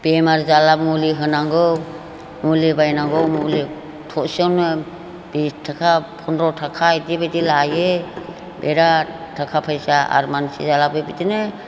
बेमार जाब्ला मुलि होनांगौ मुलि बायनांगौ मुलि थरसेयावनो बिस थाखा फन्द्र' थाखा बेदि बायदि लायो बेराद थाखा फैसा आरो मानसि जाब्लाबो बिदिनो